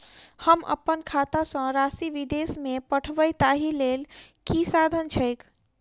हम अप्पन खाता सँ राशि विदेश मे पठवै ताहि लेल की साधन छैक?